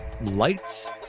lights